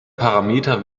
parameter